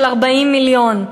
של 40 מיליון,